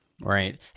Right